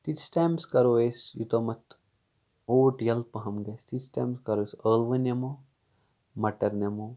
تیٖتس times کَرو أسۍ یِوتام اوٹ یَلہٕ پَہم گَژھہِ تیٖتس ٹایمس کَرو أسۍ ٲلوٕ نِمو مَٹر نِمو